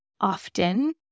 often